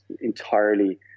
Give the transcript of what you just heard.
entirely